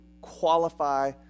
qualify